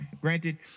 Granted